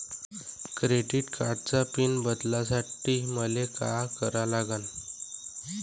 Credit कार्डाचा pin बदलासाठी मले का करा लागन?